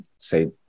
say